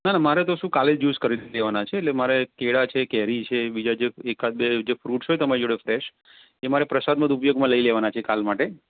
ના ના મારે તો શું કાલે જ યુસકરી દેવાના છે એટલે મારે કેળાં છે કેરી છે બીજા જે એકદાક બે જે ફૂડ હોય તમારી જોડે ફ્રેસ ને મારે પ્રસાદમાં ઉપયોગમાં લઈ લેવાના છે કાલ માટે